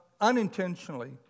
unintentionally